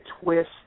twist